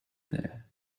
there